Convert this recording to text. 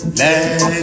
let